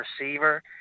receiver